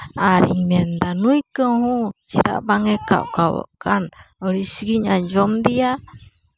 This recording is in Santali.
ᱟᱨᱤᱧ ᱢᱮᱱᱫᱟ ᱱᱩᱭ ᱠᱟᱺᱦᱩ ᱪᱮᱫᱟᱜ ᱵᱟᱝᱮ ᱠᱟᱣ ᱠᱟᱣ ᱠᱟᱱ ᱟᱹᱲᱤᱥᱮᱜᱮᱧ ᱟᱸᱡᱚᱢ ᱫᱮᱭᱟ